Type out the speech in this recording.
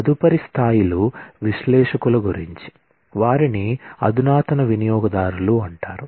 తదుపరి స్థాయిలు విశ్లేషకులు గురించి వారిని అధునాతన వినియోగదారులు అంటారు